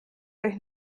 euch